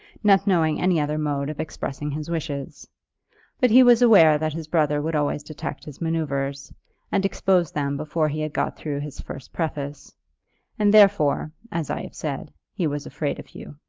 not knowing any other mode of expressing his wishes but he was aware that his brother would always detect his manoeuvres, and expose them before he had got through his first preface and, therefore, as i have said, he was afraid of hugh.